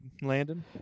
Landon